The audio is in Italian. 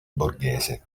borghese